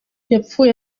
yapfuye